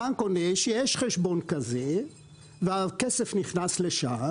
הבנק עונה שיש חשבון כזה והכסף נכנס לשם.